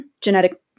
genetic